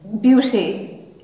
beauty